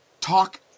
talk